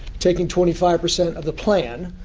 taking twenty five percent of the plan,